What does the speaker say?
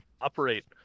operate